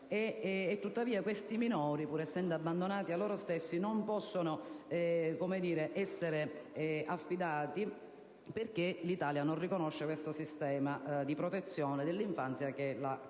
genere. Questi minori, pur essendo abbandonati a loro stessi, non possono essere affidati perché l'Italia non riconosce questo sistema di protezione dell'infanzia che è la *kafala*.